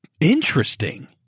interesting